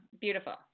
Beautiful